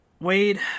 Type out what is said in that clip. Wade